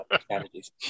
strategies